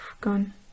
gone